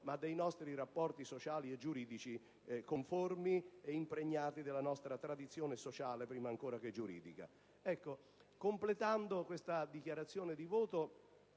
ma dei nostri rapporti sociali e giuridici conformi e impregnati della nostra tradizione sociale, prima ancora che giuridica. Completando la mia dichiarazione di voto,